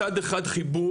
מצד אחד חיבור,